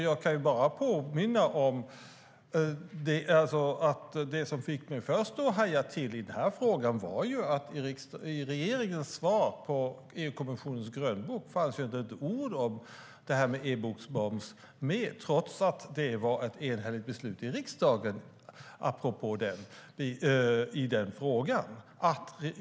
Jag kan påminna om att det som först fick mig att haja till i den här frågan var att det i regeringens svar på EU-kommissionens grönbok inte fanns ett enda ord om detta med e-boksmoms, trots att det fanns ett enhälligt beslut i riksdagen i den frågan.